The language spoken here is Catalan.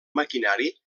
maquinari